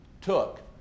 took